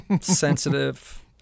sensitive